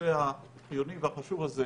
בנושא החיוני והחשוב הזה